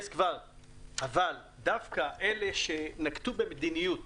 דווקא אלה שנקטו במדיניות